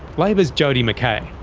labor's jodi mckay.